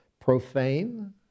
profane